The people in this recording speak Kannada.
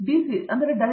ಪ್ರೊಫೆಸರ್